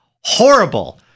horrible